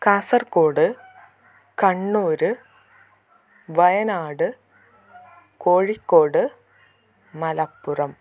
Kasaragod Kannur Wayanad Kozhikode Malappuram